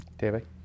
David